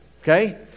Okay